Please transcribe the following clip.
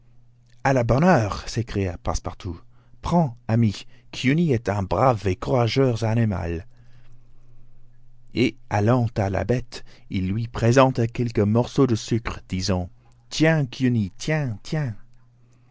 a la bonne heure s'écria passepartout prends ami kiouni est un brave et courageux animal et allant à la bête il lui présenta quelques morceaux de sucre disant tiens kiouni tiens tiens